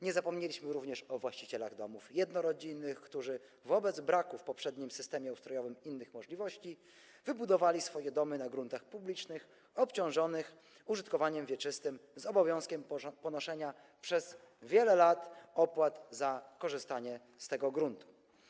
Nie zapomnieliśmy również o właścicielach domów jednorodzinnych, którzy wobec braku w poprzednim systemie ustrojowym innych możliwości wybudowali swoje domy na gruntach publicznych obciążonych użytkowaniem wieczystym z obowiązkiem ponoszenia przez wiele lat opłat za korzystanie z tego gruntu.